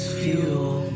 fuel